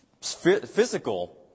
physical